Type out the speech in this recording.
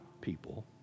people